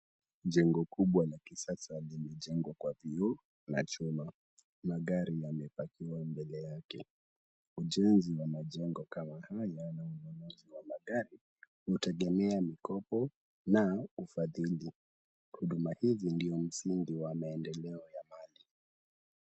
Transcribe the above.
Jengo kubwa la kisasa limejengwa kwa vioo na chuma. Magari yamepackiwa mbele yake. Ujenzi wa majengo kama haya na mnunuzi wa magari hutegemea mikopo na ufadhili. Huduma hizi ndio msingi wa maendeleo ya mali.